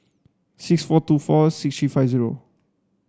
six four two four six three five zero